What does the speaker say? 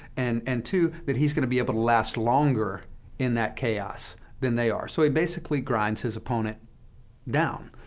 and and two, that he's going to be able to last longer in that chaos than they are. so he basically grinds his opponent down.